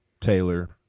Taylor